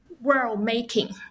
world-making